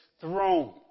throne